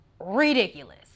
ridiculous